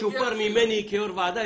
צ'ופר ממני כיושב ראש ועדה,